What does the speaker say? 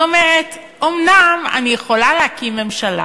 היא אומרת, אומנם אני יכולה להקים ממשלה.